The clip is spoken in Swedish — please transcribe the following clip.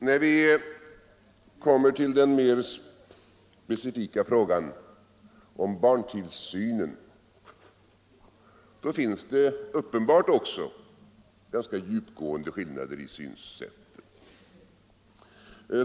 När vi kommer till den mer specifika frågan om barntillsynen finns Ekonomiskt stöd åt det uppenbart också ganska djupgående skillnader i synsättet.